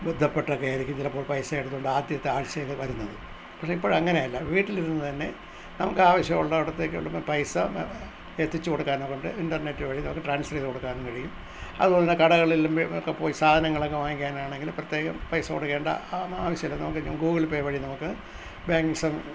ബന്ധപ്പെട്ടൊക്കെയായിരിക്കും ചിലപ്പോൾ പൈസ എടുത്തുകൊണ്ട് ആദ്യത്തെ ആഴ്ചയില് വരുന്നത് പക്ഷേ ഇപ്പോഴങ്ങനെ അല്ല വീട്ടിൽ ഇരുന്ന് തന്നെ നമുക്ക് ആവശ്യമുള്ളിടത്തേക്ക് കൊണ്ടുവന്ന് പൈസ എത്തിച്ചുകൊടുക്കാൻ നമുക്ക് ഇൻറ്റർനെറ്റ് വഴി നമുക്ക് ട്രാൻസ്ഫറേയ്ത് കൊടുക്കാനും കഴിയും അതുപോലെതന്നെ കടകളിലും ഒക്കെ പോയി സാധനങ്ങളൊക്കെ വാങ്ങിക്കാനാണെങ്കിലും പ്രതേകം പൈസ കൊടുക്കേണ്ട ആവശ്യമില്ല നമുക്ക് ഗൂഗിൾ പേ വഴി നമ്മള്ക്ക് ബാങ്കിങ്